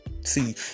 See